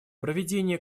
проведение